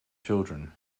children